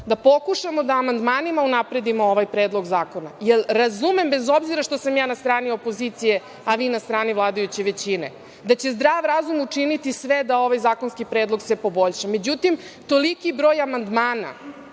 da pokušamo da amandmanima unapredimo ovej zakona, jer razumem, bez obzira što sam na strani opozicije, a vi na strani vladajuće većine, da će zdrav razum učiniti sve da se ovaj zakonski predlog poboljša. Međutim, toliki broj amandmana